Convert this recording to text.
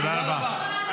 תודה רבה.